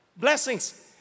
blessings